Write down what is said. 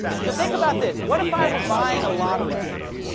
so think about this what if i were buying a lottery ticket,